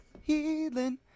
healing